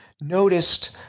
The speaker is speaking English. noticed